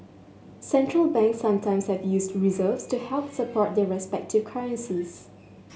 Central Banks sometimes have used reserves to help support their respective currencies